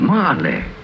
Marley